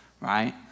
right